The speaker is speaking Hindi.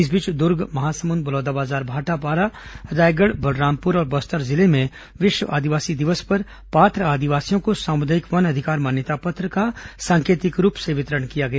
इस बीच दुर्ग महासमुंद बलौदाबाजार भाटापारा रायगढ़ बलरामपुर और बस्तर जिले में विश्व आदिवासी दिवस पर पात्र आदिवासियों को सामुदायिक वन अधिकार मान्यता पत्र का सांकेतिक रूप से वितरण किया गया